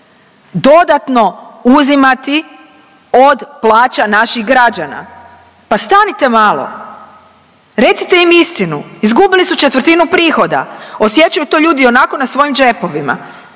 dodatno uzimati od plaća naših građana. Pa stanite malo, recite im istinu, izgubili su četvrtinu prihoda. Osjećaju to ljudi ionako na svojim džepovima